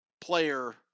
player